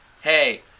hey